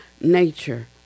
nature